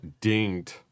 dinged